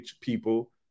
people